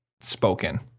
spoken